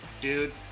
dude